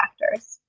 factors